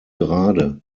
gerade